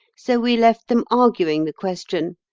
so we left them arguing the question.